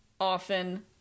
often